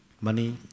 money